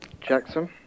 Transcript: Jackson